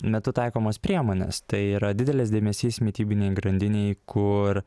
metu taikomas priemonės tai yra didelis dėmesys mitybinei grandinei kur